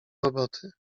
roboty